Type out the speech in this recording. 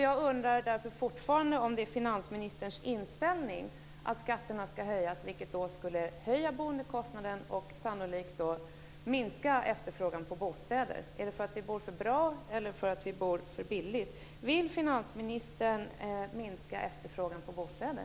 Jag undrar fortfarande om det är finansministerns inställning att skatterna ska höjas, vilket skulle höja boendekostnaden och sannolikt minska efterfrågan på bostäder. Bor vi för bra, eller bor vi för billigt? Vill finansministern minska efterfrågan på bostäder?